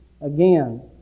again